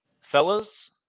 Fellas